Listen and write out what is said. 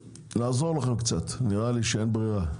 נעזור לכם קצת, נראה לי שאין ברירה,